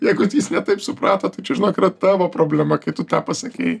jeigu jis ne taip suprato tai čia žinok yra tavo problema kai tu tą pasakei